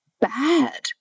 bad